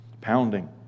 Pounding